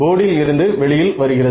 போர்டில் இருந்து வெளியில் வருகிறது